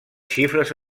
xifres